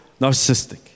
narcissistic